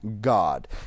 God